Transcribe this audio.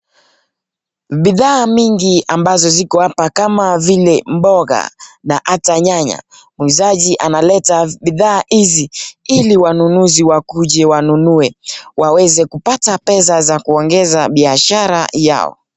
Bidhaa mingi ambazo ziko hapa kama vile mboga na ata nyanya. Muuzaji analeta bidhaa hizi ili wanunuzi wakuje wanunue waweze kupata pesa za kuongeza biashara yao.